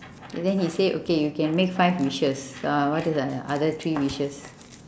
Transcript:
then he said okay you can make five wishes uh what are the other three wishes